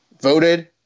voted